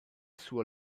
suo